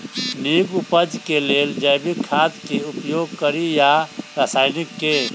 नीक उपज केँ लेल जैविक खाद केँ उपयोग कड़ी या रासायनिक केँ?